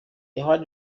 howard